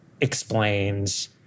explains